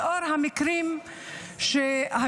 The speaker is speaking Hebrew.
לאור המקרים שהיו,